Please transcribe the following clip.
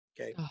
okay